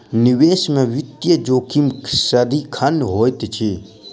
निवेश में वित्तीय जोखिम सदिखन होइत अछि